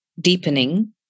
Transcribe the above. deepening